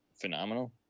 phenomenal